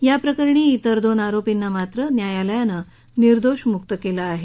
याप्रकरणी त्रेर दोन आरोपींना मात्र न्यायालयानं निर्दोष मुक्त केलं आहे